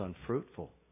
unfruitful